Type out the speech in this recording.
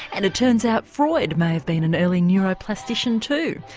and it turns out freud may have been an early neuroplastician too,